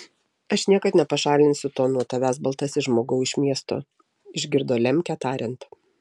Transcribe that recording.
aš niekad nepašalinsiu to nuo tavęs baltasis žmogau iš miesto išgirdo lemkę tariant